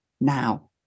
now